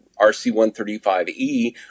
RC-135E